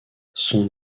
son